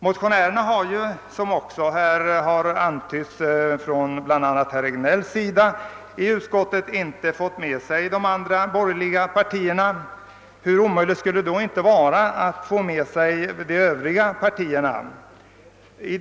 Som herr Regnéll antydde har ju motionärerna inte heller fått med sig de andra borgerliga partierna i utskottet; hur omöjligt skulle det då inte vara att få med sig de övriga partierna?